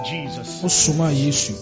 Jesus